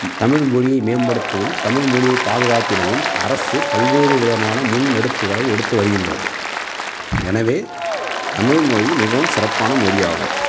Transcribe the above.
தமிழ்மொழியை மேம்படுத்தவும் தமிழ்மொழியை பாதுகாத்திடவும் அரசு பல்வேறு விதமான முன் எடுப்புகளை எடுத்து வருகின்றது எனவே தமிழ்மொழி மிகவும் சிறப்பான மொழியாகும்